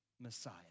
Messiah